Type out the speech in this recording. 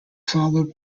followed